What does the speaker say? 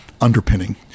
underpinning